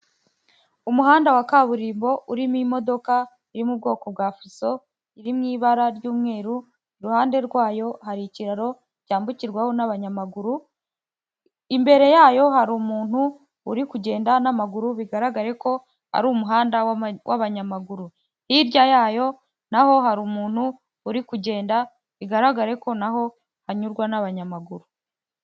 Umuhanda wa kaburimbo urimo imodoka yo mu bwoko bwa fuso iri mu ibara ry'umweru iruhande rwayo hari ikiraro cyambukirwaho n'abanyamaguru, imbere yayo hari umuntu uri kugenda n'amaguru bigaragare ko ari umuhanda w'abanyamaguru, hirya yayo naho hari umuntu uri kugenda bigaragare ko naho hanyurwa n'abanyamaguru.